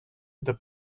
the